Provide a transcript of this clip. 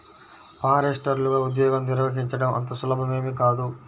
ఫారెస్టర్లగా ఉద్యోగం నిర్వహించడం అంత సులభమేమీ కాదు